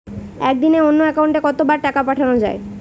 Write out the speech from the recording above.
একদিনে অন্য একাউন্টে কত বার টাকা পাঠানো য়ায়?